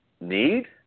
Need